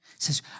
says